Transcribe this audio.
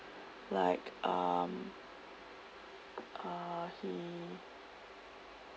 like um uh he